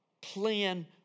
plan